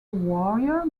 warrior